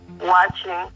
watching